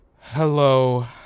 Hello